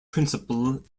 principle